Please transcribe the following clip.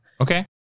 Okay